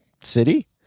city